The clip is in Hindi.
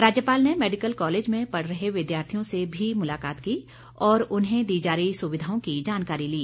राज्यपाल ने मेडिकल कॉलेज में पढ़ रहे विद्यार्थियों से भी मुलाकात की और उन्हें दी जा रही सुविधाओं की जानकारी ली